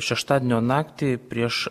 šeštadienio naktį prieš